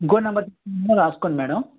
ఇంకో నెంబర్ రాసుకోండి మేడం